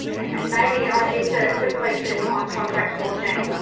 ah maybe i missed a quick question on contract fourteen.